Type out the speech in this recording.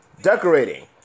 decorating